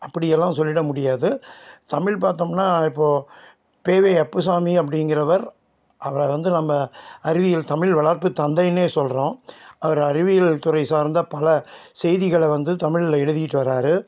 அப்படியெல்லாம் சொல்லிவிட முடியாது தமிழ் பார்த்தோம்னா இப்போது பே வே அப்புசாமி அப்படிங்குறவர் அவரை வந்து நம்ம அறிவியல் தமிழ் வளர்ப்பு தந்தையினே சொல்கிறோம் அவர் அறிவியல் துறை சார்ந்த பல செய்திகளை வந்து தமிழ்ல எழுதிகிட்டு வரார்